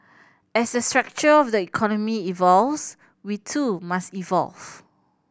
as the structure of the economy evolves we too must evolve